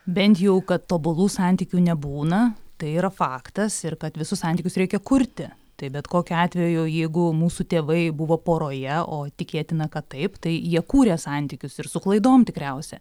bent jau kad tobulų santykių nebūna tai yra faktas ir kad visus santykius reikia kurti tai bet kokiu atveju jeigu mūsų tėvai buvo poroje o tikėtina kad taip tai jie kūrė santykius ir su klaidom tikriausia